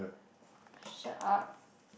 shut up